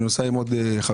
אני נוסע עם עוד חברים'.